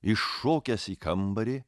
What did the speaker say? įšokęs į kambarį